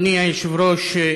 אדוני היושב-ראש,